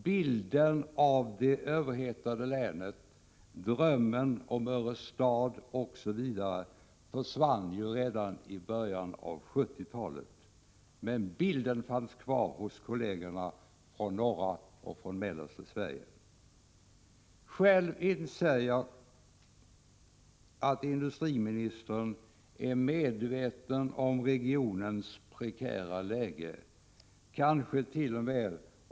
Bilden av det överhettade länet, drömmen om Örestad osv. försvann redan i början av 70-talet, men den bilden visade sig finnas kvar hos kollegerna från norra och mellersta Sverige. Jag inser att industriministern är medveten om regionens prekära läge, kansket.o.m.